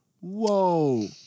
Whoa